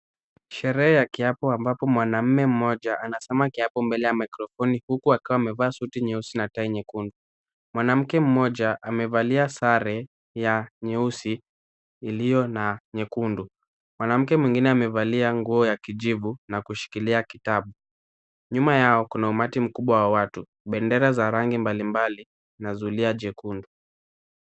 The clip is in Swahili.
Sherehe ya kiapo ambapo mwanamume mmoja anasoma kiapo mbele ya microphoni huku akiwa amevaa suti nyeusi na tai nyekundu, mwanamke mmoja amevalia sare ya nyeusi iliyo na nyekundu, mwanamke mwingine amevalia nguo ya kijivu na kushikilia kitabu, nyuma yao kuna umati mkubwa wa watu, bendera za rangi mbalimbali na zulia jekundu.